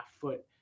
foot